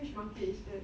which market is that